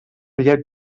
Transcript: llet